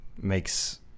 makes